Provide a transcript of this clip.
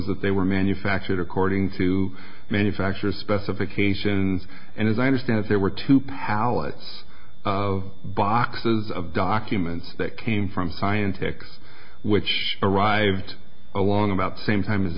that they were manufactured according to manufacturer specifications and as i understand it there were two power boxes of documents that came from scientists which arrived along about the same time